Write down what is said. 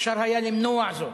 ואומרים: אפשר היה למנוע זאת,